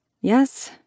Yes